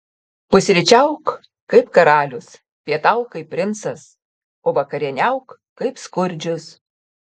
pusryčiauk kaip karalius pietauk kaip princas o vakarieniauk kaip skurdžius